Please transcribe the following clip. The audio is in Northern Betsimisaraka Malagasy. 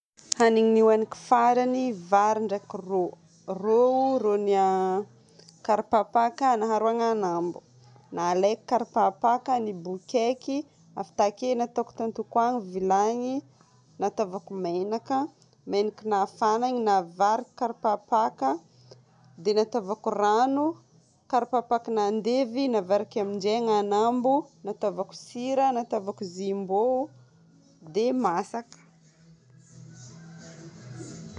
Hanigny nohaniko farany vary ndraiky rô. Rô, rôgna karapapaka naharo agnanambo. Nalaiko karapapaka, ny bokaiky. Avy take nataoko tan-tokoa ny vilagny, nantaovako megnaka, megnaka nafana igny navariko karapapaka dia nantaovako rano. Karapapaka nandevy navariko aminjay agnanambo, nantaovako sira, nantaovako jumbo dia masaka.